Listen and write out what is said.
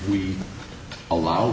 we allow